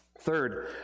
third